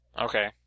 Okay